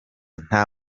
nta